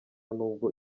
n’ubwo